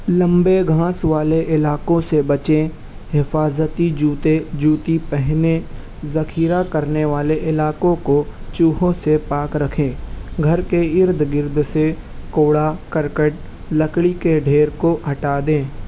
لمبے گھاس والے علاقوں سے بچیں حفاظتی جوتے جوتی پہنیں ذخیرہ کرنے والے علاقوں کو چوہوں سے پاک رکھیں گھر کے اِرد گرد سے کوڑا کرکٹ لکڑی کے ڈھیر کو ہٹا دیں